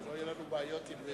לא יהיו לנו בעיות עם,